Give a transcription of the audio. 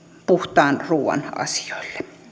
puhtaan ruuan asioille